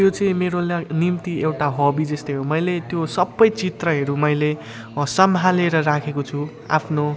त्यो चाहिँ मेरो लाग् निम्ति एउटा हबी जस्तै हो मैले त्यो सबै चित्रहरू मैले सम्हालेर राखेको छु आफ्नो